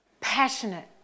passionate